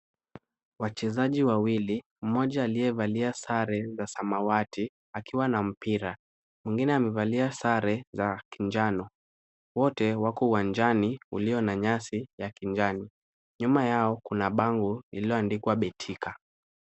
Wachezaji wawili, mmoja aliyevalia sare za samawati akiwa na mpira, mwingine amevalia sare za kinjano. Wote wako uwanjani ulio na nyasi ya kijani. Nyuma yao kuna bango iliyoandikwa Bitika.